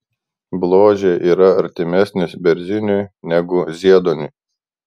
bložė yra artimesnis berziniui negu zieduoniui